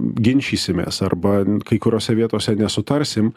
ginčysimės arba kai kuriose vietose nesutarsim